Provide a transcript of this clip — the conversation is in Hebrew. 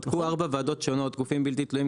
בדקו ארבע ועדות שונות, כולל גופים בלתי תלויים,